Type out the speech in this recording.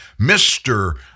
Mr